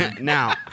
Now